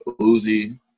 Uzi